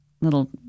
little